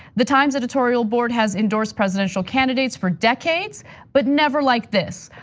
the times editorial board has endorsed presidential candidates for decades but never like this.